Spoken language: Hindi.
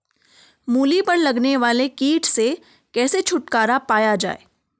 मूली पर लगने वाले कीट से कैसे छुटकारा पाया जाये?